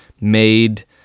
made